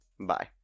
Bye